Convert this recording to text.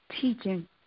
teaching